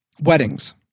weddings